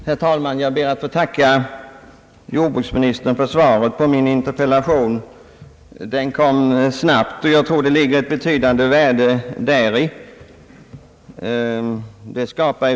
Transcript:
Herr talman! Jag ber att få tacka jordbruksministern för svaret på min interpellation. Det kom snabbt, och jag tror att det ligger ett betydande värde däri.